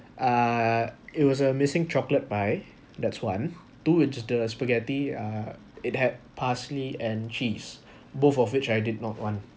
uh it was a missing chocolate pie that's one two is the spaghetti uh it had parsley and cheese both of which I did not want